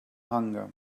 hunger